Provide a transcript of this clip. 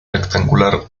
rectangular